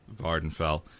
Vardenfell